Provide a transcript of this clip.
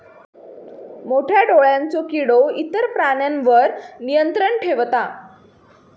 मोठ्या डोळ्यांचो किडो इतर प्राण्यांवर नियंत्रण ठेवता